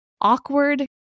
awkward